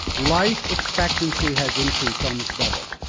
life expectancy has increased, almost doubled.